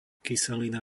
kyselina